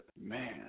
man